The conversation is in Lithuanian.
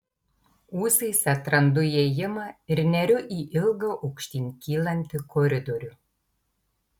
ūsais atrandu įėjimą ir neriu į ilgą aukštyn kylantį koridorių